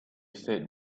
said